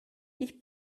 ich